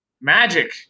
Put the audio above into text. magic